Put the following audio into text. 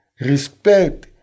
respect